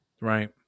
Right